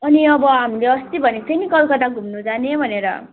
अनि अब हामीले अस्ति भनेको थियो नि कलकत्ता घुम्नु जाने भनेर